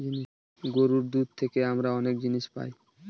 গরুর দুধ থেকে আমরা অনেক জিনিস পায়